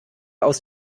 aus